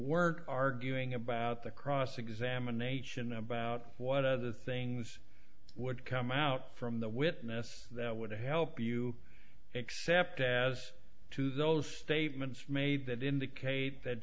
work arguing about the cross examination about what other things would come out from the witness that would help you except as to those statements made that indicate that